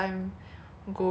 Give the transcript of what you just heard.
全部都要取消